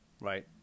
right